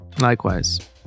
Likewise